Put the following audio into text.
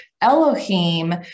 Elohim